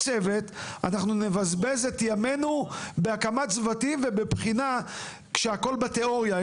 צוות אנחנו נבזבז את ימינו בהקמת צוותים ובבחינה תיאורטית של הנושא.